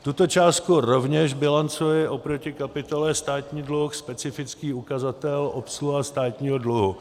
Tuto částku rovněž bilancuji oproti kapitole Státní dluh, specifický ukazatel obsluha státního dluhu.